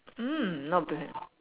mm not bad